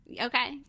Okay